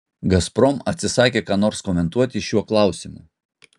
gazprom atsisakė ką nors komentuoti šiuo klausimu